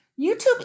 YouTube